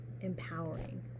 empowering